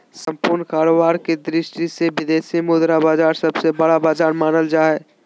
सम्पूर्ण कारोबार के दृष्टि से विदेशी मुद्रा बाजार सबसे बड़ा बाजार मानल जा हय